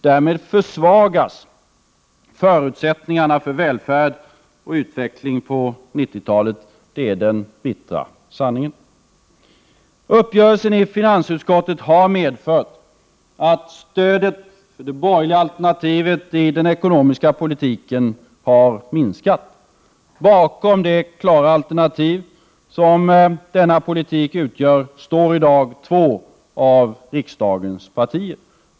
Därmed försvagas förutsättningarna för välfärd och utveckling på 1990-talet — det är den bittra sanningen. Uppgörelsen i finansutskottet har medfört att stödet för det borgerliga alternativet i den ekonomiska politiken har minskat. Bakom det klara alternativ som denna politik utgör står i dag bara två av riksdagens partier.